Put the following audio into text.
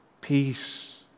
Peace